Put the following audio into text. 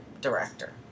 director